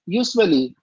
usually